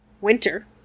winter